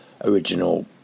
Original